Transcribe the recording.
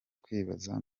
kwibaza